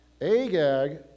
Agag